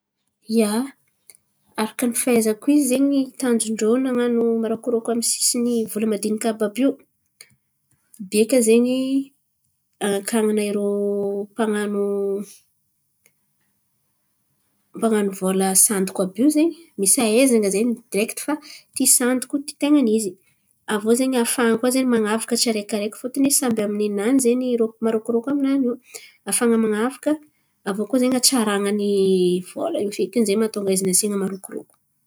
Ia, araka ny fahaizako izy zen̈y tanjon-drô nan̈ano marôkorôko amy sisiny vola madiniky àby by io, biaka zen̈y anakan̈ana irô mpan̈ano mpan̈ano vola sandoko àby io zen̈y misy ahaizana zen̈y direkty fa ty sandoko ty ten̈a ny izy. Aviô zen̈y afan̈a koa zen̈y man̈avaka tsiaraikiaraiky fôtony samby amy ninany zen̈y irô marôkorôko aminany io. Afan̈a man̈avaka, aviô koa zen̈y atsaran̈any vola io feky zen̈y mahatônga izy nasian̈a marôkorôko.